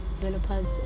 developers